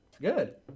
Good